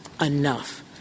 enough